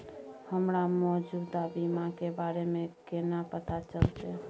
हमरा मौजूदा बीमा के बारे में केना पता चलते?